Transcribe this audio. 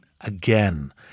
again